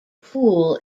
pool